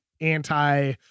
anti